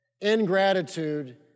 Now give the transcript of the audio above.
Ingratitude